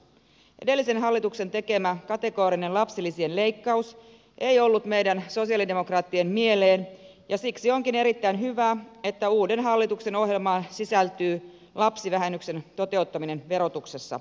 edellisen hallituksen tekemä kategorinen lapsilisien leikkaus ei ollut meidän sosialidemokraattien mieleen ja siksi onkin erittäin hyvä että uuden hallituksen ohjelmaan sisältyy lapsivähennyksen toteuttaminen verotuksessa